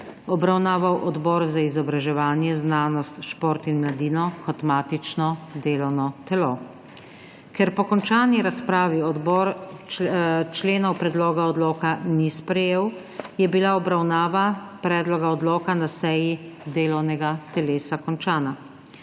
obravnaval Odbor za izobraževanje, znanost, šport in mladino kot matično delovno telo. Ker po končani razpravi odbor členov predloga odloka ni sprejel, je bila obravnava predloga odloka na seji delovnega telesa končana.